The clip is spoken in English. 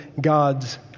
God's